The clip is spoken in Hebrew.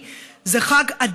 זה חג לאומי,